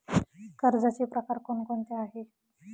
कर्जाचे प्रकार कोणकोणते आहेत?